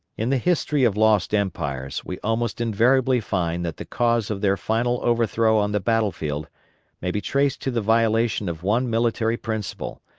in the history of lost empires we almost invariably find that the cause of their final overthrow on the battle-field may be traced to the violation of one military principle,